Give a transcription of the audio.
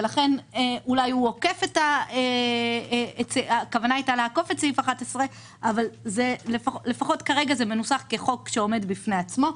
ולכן אולי הכוונה הייתה לעקוף את סעיף 11. לפחות כרגע זה מנוסח כחוק שעומד בפני עצמו,